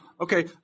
Okay